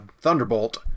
thunderbolt